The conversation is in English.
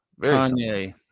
Kanye